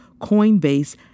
Coinbase